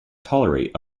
tolerate